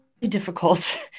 difficult